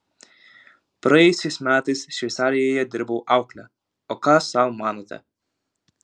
praėjusiais metais šveicarijoje dirbau aukle o ką sau manote